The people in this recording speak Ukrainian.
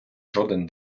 жоден